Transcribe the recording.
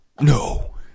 No